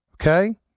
Okay